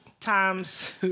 Times